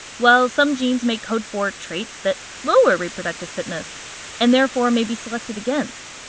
while some genes may code for traits that lower reproductive fitness and therefore may be selected against.